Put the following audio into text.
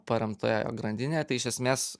paremtoje grandine tai iš esmės